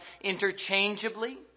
interchangeably